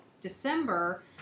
December